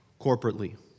corporately